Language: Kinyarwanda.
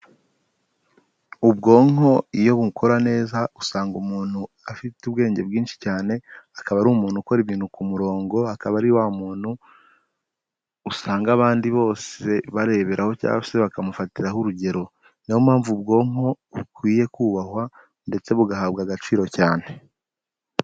Ubwonko iyo bukora neza usanga umuntu afite ubwenge bwinshi cyane, akaba ari umuntu ukora ibintu ku murongo, akaba ari wa muntu usanga abandi bose bareberaho, cyangwa se bakamufatiraho urugero, niyo mpamvu ubwonko bukwiye kubahwa, ndetse bugahabwa agaciro cyane.